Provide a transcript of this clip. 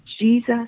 Jesus